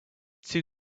two